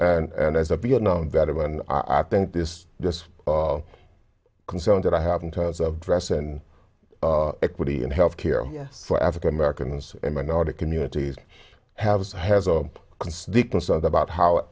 and as a vietnam veteran i think this this concern that i have in terms of dress and equity and health care yes for african americans and minority communities have has a lot about how